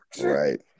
Right